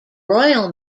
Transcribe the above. royal